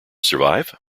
survive